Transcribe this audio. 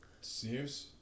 Sears